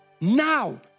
now